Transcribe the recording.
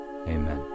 Amen